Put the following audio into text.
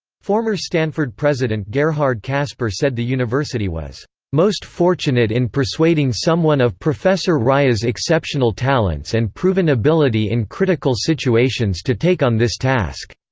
former stanford president gerhard casper said the university was most fortunate in persuading someone of professor rice's exceptional talents and proven ability in critical situations to take on this task.